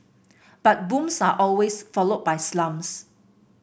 but booms are always followed by slumps